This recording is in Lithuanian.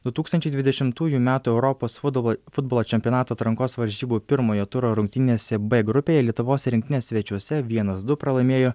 du tūkstančiai dvidešimtųjų metų europos futbolo futbolo čempionato atrankos varžybų pirmojo turo rungtynėse b grupėje lietuvos rinktinė svečiuose vienas du pralaimėjo